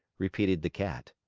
repeated the cat.